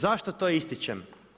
Zašto to ističem?